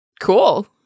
Cool